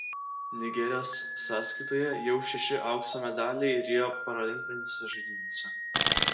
nigerijos sąskaitoje jau šeši aukso medaliai rio paralimpinėse žaidynėse